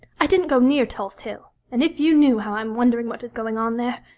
i didn't go near tulse hill, and if you knew how i am wondering what is going on there!